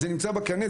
אז זה נמצא בקנה,